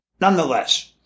nonetheless